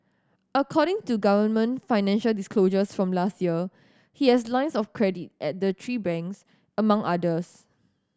according to government financial disclosures from last year he has lines of credit at the three banks among others